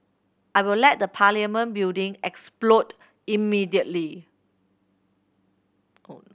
I will let the Parliament building explode immediately